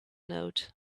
note